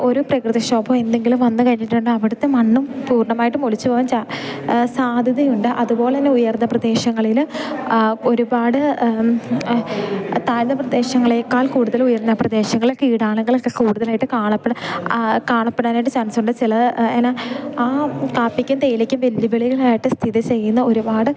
ഒരു പ്രകൃതിക്ഷോഭം എന്തെങ്കിലും വന്നു കഴിഞ്ഞിട്ടുണ്ടെങ്കിൽ അവിടുത്തെ മണ്ണും പൂർണ്ണമായിട്ടും ഒലിച്ചു പോകൻ ചാ സാധ്യതയുണ്ട് അതുപോലന്നെ ഉയർന്ന പ്രദേശങ്ങളില് ഒരുപാട് താഴ്ന്ന പ്രദേശങ്ങളേക്കാൾ കൂടുതൽ ഉയർന്ന പ്രദേശങ്ങളെ കീടാണുക്കളൊക്കെ കൂടുതലായിട്ട് കാണപ്പെട് കാണപ്പെടാനായിട്ട് ചാൻസുണ്ട് ചില ഇനം ആ കാപ്പിക്കും തേയിലയ്ക്കും വെല്ലുവിളികളായിട്ട് സ്ഥിതി ചെയ്യുന്ന ഒരുപാട്